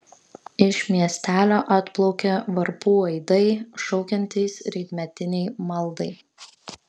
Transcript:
iš miestelio atplaukia varpų aidai šaukiantys rytmetinei maldai